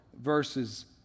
verses